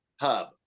hub